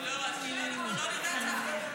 אז כאילו אנחנו לא נדע?